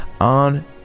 on